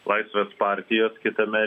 laisvės partijos kitame